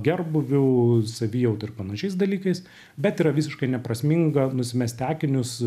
gerbūviu savijauta ir panašiais dalykais bet yra visiškai neprasminga nusimesti akinius